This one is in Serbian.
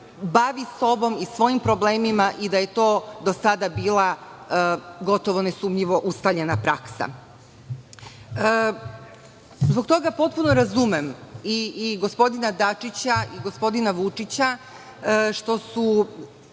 bavi sobom i svojim problemima i da je to do sada bila gotovo nesumnjivo ustaljena praksa. Zbog toga potpuno razumem i gospodina Dačića i gospodina Vučića što su